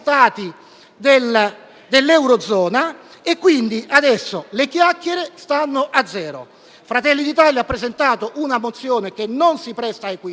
dell'eurozona e quindi adesso le chiacchiere stanno a zero. Fratelli d'Italia ha presentato una mozione che non si presta ad equivoci.